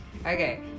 Okay